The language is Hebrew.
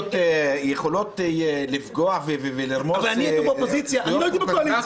קואליציוניות יכולות לרמוס זכויות חוקתיות?